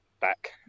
back –